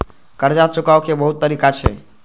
कर्जा चुकाव के बहुत तरीका छै?